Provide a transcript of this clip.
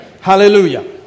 Hallelujah